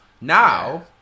now